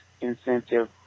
incentive